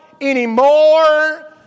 anymore